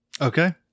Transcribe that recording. Okay